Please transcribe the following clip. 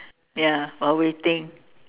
ya while waiting